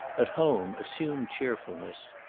at home, assumed cheerfulness.